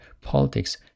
politics